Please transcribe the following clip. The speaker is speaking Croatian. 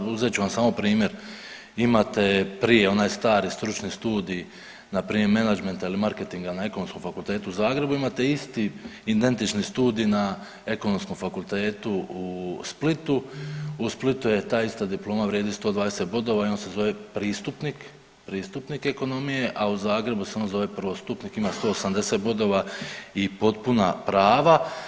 Uzet ću vam samo primjer, imate prije onaj stari stručni studij npr. menadžmenta ili marketinga na Ekonomskom fakultetu u Zagrebu, imate isti identični studij na Ekonomskom fakultetu u Splitu, u Splitu je ta ista diploma vrijedi 120 bodova i on se zove pristupnik ekonomije, a u Zagrebu se on zove prvostupnik ima 180 bodova i potpuna prava.